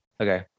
Okay